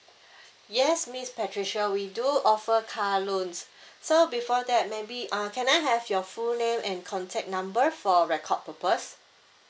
yes miss patricia we do offer car loans so before that maybe uh can I have your full name and contact number for record purpose